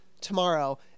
tomorrow